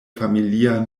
familia